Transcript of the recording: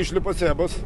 išlipa sebas